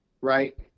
Right